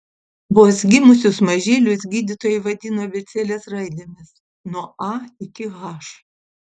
vos gimusius mažylius gydytojai vadino abėcėlės raidėmis nuo a iki h